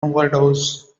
overdose